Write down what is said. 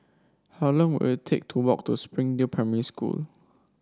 how long will it take to walk to Springdale Primary School